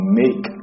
make